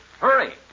hurry